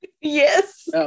Yes